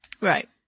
Right